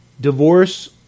divorce